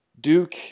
Duke